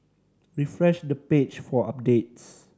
refresh the page for updates